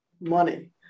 money